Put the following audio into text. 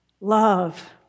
Love